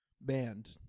band